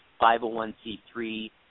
501c3